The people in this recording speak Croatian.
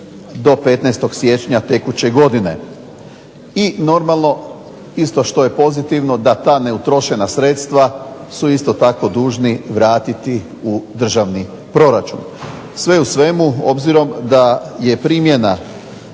do 15. siječnja tekuće godine. I normalno isto što je pozitivno da ta neutrošena sredstva su isto tako dužni vratiti u državni proračun. Sve u svemu, obzirom da je primjena